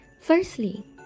Firstly